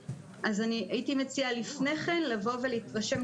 הייתי מציעה לפני כן לבוא ולהתרשם,